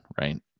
Right